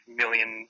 million